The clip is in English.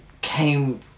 came